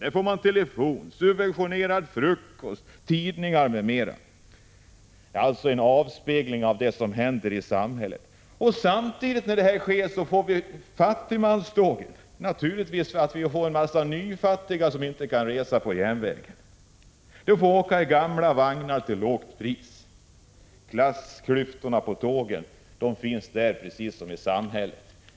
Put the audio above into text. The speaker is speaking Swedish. Där får man möjlighet att telefonera, man får subventionerad frukost, tidningar m.m. Detta är en avspegling av vad som händer i samhället. Samtidigt härmed får vi fattigmanstågen. Det blir en mängd nyfattiga som ofta inte kan resa med järnväg. När de reser får de åka i gamla vagnar till lågt pris. Klassklyftorna finns på tågen precis som ute i samhället.